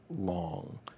long